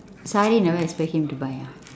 sari never expect him to buy ah